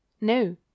No